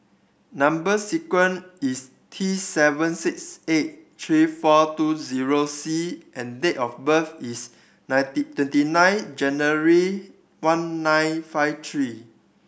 number sequence is T seven six eight three four two zero C and date of birth is ninety twenty nine January one nine five three